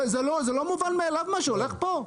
זה לא מובן מאליו מה שהולך פה?